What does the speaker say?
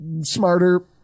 smarter